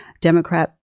Democrat